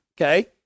okay